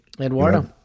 Eduardo